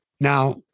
Now